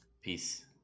Peace